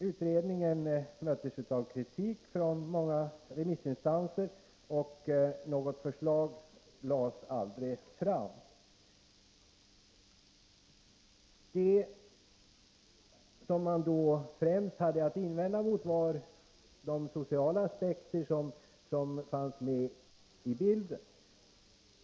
Utredningen möttes av kritik från många remissinstanser, och något förslag lades aldrig fram av regeringen. Det kritikerna främst reagerade mot var de sociala aspekter som fanns med i bilden.